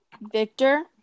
Victor